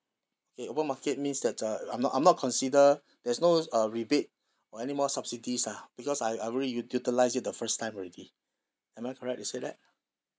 okay open market means that uh I'm not I'm not consider there's no uh rebate or any more subsidies ah because I I already uti~ utilised it the first time already am I correct to say that